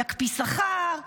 יקפיא שכר,